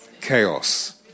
chaos